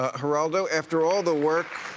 geraldo, after all the work.